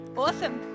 awesome